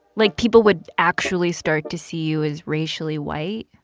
like, people would actually start to see you as racially white?